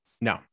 No